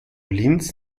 linz